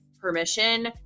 permission